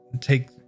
take